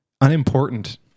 unimportant